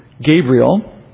Gabriel